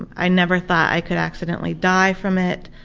and i never thought i could accidentally die from it,